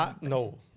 No